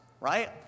right